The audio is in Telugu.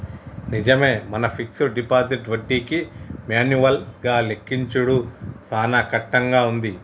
నిజమే మన ఫిక్స్డ్ డిపాజిట్ వడ్డీకి మాన్యువల్ గా లెక్కించుడు సాన కట్టంగా ఉంది